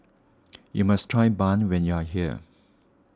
you must try Bun when you are here